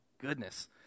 goodness